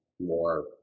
more